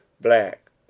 Black